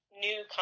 new